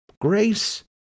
Grace